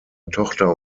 tochter